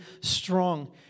strong